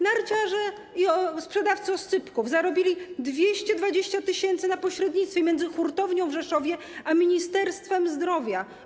Narciarze i sprzedawcy oscypków zarobili 220 tys. na pośrednictwie między hurtownią w Rzeszowie a Ministerstwem Zdrowia.